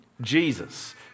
Jesus